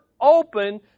open